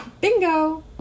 Bingo